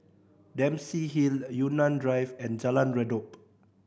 Dempsey Hill Yunnan Drive and Jalan Redop